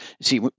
See